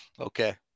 Okay